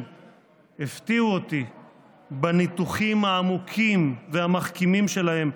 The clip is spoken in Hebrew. הפתיעו אותי בניתוחים העמוקים והמחכימים שלהם,